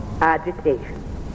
agitation